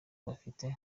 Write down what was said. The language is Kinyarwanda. bafite